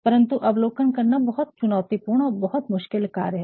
परंतु अवलोकन करना बहुत चुनौती पूर्ण और मुश्किल कार्य है